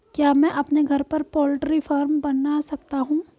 क्या मैं अपने घर पर पोल्ट्री फार्म बना सकता हूँ?